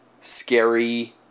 scary